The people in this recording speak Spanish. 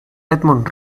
edmund